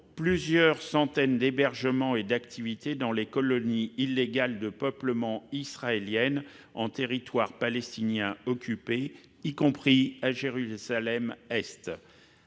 plusieurs centaines d'hébergements et activités dans les colonies illégales de peuplement israéliennes en territoires palestiniens occupés, y compris à Jérusalem-Est.